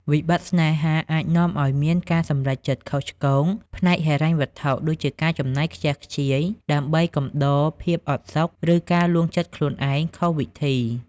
វិបត្តិស្នេហាអាចនាំឱ្យមានការសម្រេចចិត្តខុសឆ្គងផ្នែកហិរញ្ញវត្ថុ ដូចជាការចំណាយខ្ជះខ្ជាយដើម្បីកំដរភាពអផ្សុក ឬការលួងចិត្តខ្លួនឯងខុសវិធី។